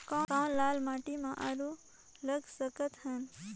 कौन लाल माटी म आलू लगा सकत हन?